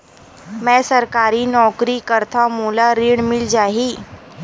मै सरकारी नौकरी करथव मोला ऋण मिल जाही?